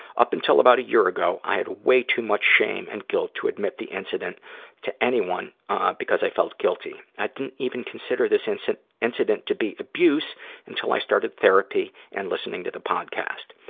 up until about a year ago, i had way too much shame and guilt to admit the incident to anyone because i felt guilty. i didn't even consider this incident incident to be abuse until i started therapy and listening to the podcast.